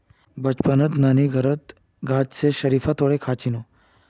बचपनत नानीर घरत गाछ स शरीफा तोड़े खा छिनु